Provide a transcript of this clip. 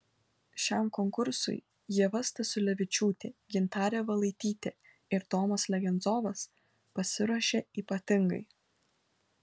šiam konkursui ieva stasiulevičiūtė gintarė valaitytė ir tomas legenzovas pasiruošė ypatingai